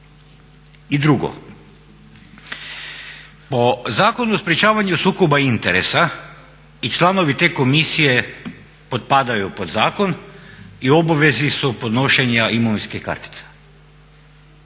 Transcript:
I drugo, po Zakonu o sprečavanju sukoba interesa i članovi te komisije potpadaju pod zakonom i u obvezi su podnošenja imovinskih kartica.